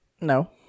No